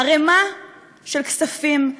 ערימה של כספים,